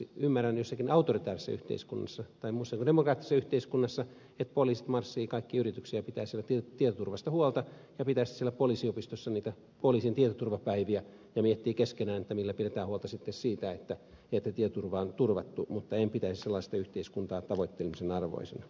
ymmärrän että jossakin autoritaarisessa yhteiskunnassa tai muussa kuin demokraattisessa yhteiskunnassa poliisit marssivat kaikkiin yrityksiin ja pitävät tietoturvasta huolta ja pitävät siellä poliisiopistossa niitä poliisin tietoturvapäiviä ja miettivät keskenään millä pidetään huolta sitten siitä että tietoturva on turvattu mutta en pitäisi sellaista yhteiskuntaa tavoittelemisen arvoisena